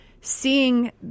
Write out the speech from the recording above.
seeing